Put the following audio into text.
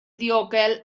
ddiogel